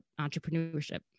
entrepreneurship